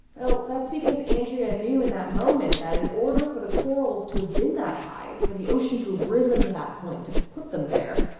well, that's because andrea knew in that moment that in order for the corals to have been that high, for the ocean to have risen to that point to put them there,